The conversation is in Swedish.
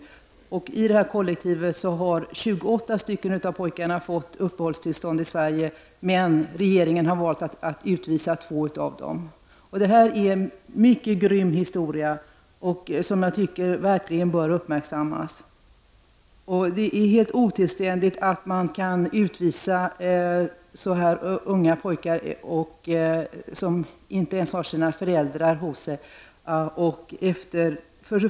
Av pojkarna i detta kollektiv har 28 fått uppehållstillstånd i Sverige, men regeringen har valt att utvisa två av dem. Detta är en mycket grym historia som jag tycker verkligen bör uppmärksammas. Det är helt otillständigt att man kan utvisa så här unga pojkar som inte ens har sina föräldrar hos sig.